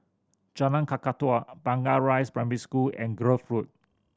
Jalan Kakatua Blangah Rise Primary School and Grove Road